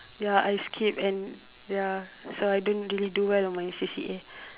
ya I skip and ya so I don't really do well on my C_C_A